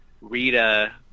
rita